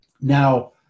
Now